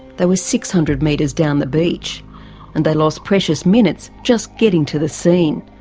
they were six hundred metres down the beach and they lost precious minutes just getting to the scene.